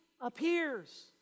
appears